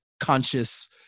conscious